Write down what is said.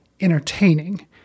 entertaining